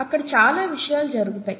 అక్కడ చాలా విషయాలు జరుగుతాయి